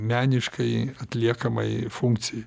meniškai atliekamai funkcijai